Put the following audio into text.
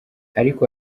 ariko